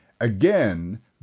Again